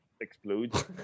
explodes